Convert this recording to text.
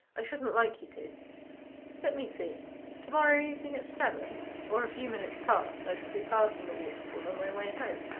i shouldn't like you to let me see to-morrow evening at seven or a few minutes past i shall be passing the waterfall on my way home.